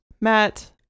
Matt